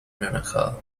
anaranjado